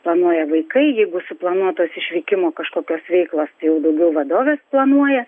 planuoja vaikai jeigu suplanuotos išvykimo kažkokios veiklos tai jau daugiau vadovės planuoja